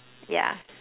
yeah